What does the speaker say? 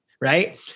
right